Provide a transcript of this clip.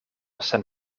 sen